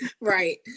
Right